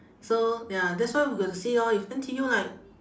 so ya that's why we got to see lor if N_T_U like